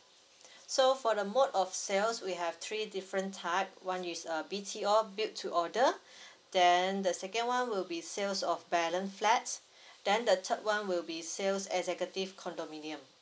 so for the mode of sales we have three different type one is aB_T_O built to order then the second one will be sales of balance flat then the third one will be sales executive condominium